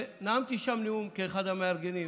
נאמתי שם נאום כאחד המארגנים,